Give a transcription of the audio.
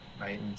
Right